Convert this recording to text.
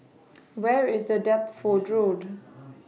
Where IS The Deptford Road